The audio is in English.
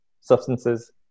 substances